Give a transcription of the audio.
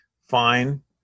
Fine